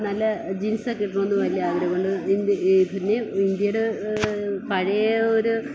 നല്ല ജീൻസൊക്കെ ഇടണമെന്ന് വലിയ ആഗ്രഹമുണ്ട് ഇന്ത്യ ഈ പിന്നേയും ഇന്ത്യയുടെ പഴയ ഒരു